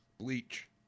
Bleach